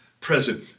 present